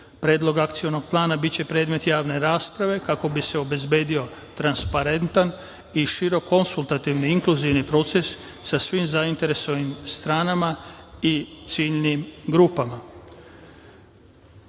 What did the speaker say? akcionog plana biće predmet javne rasprave kako bi se obezbedio transparentan i širok konsultativni inkluzivni proces sa svim zainteresovanim stranama i ciljnim grupama.U